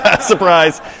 Surprise